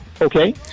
okay